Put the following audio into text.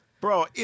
Bro